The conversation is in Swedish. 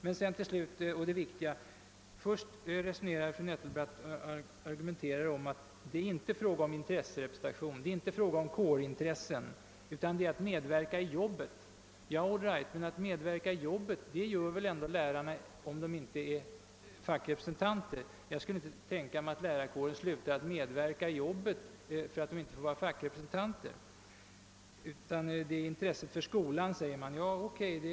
Fru Nettelbrandt sade att fackrepresentationen inte skall tillgodose några kårintressen utan syftar till att göra arbetet effektivare. Det må vara, men lärarna kan väl medverka även om det inte förekommer någon fackrepresentation. Jag kan inte tänka mig att lärarkåren slutar medverka i arbetet, om fackrepresentationen slopas. Vidare sägs det, att skolan har ett intresse av att fackrepresentationen finns kvar.